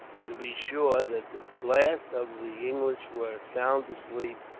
to be sure that the last of the english were sound asleep,